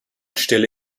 stelle